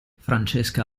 francesca